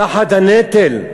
תחת הנטל,